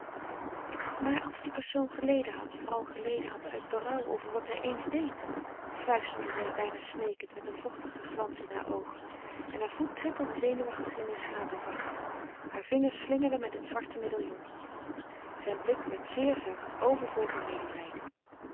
maar als die persoon geleden had vooral geleden had uit berouw over wat hij eens deed fluisterde zij bijna smeekend met een vochtigen glans in hare oogen en haar voet trippelde zenuwachtig in de schapenvacht hare vingers slingerden met het zwarte medaillon zijn blik werd zeer zacht overvol van medelijden